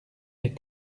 est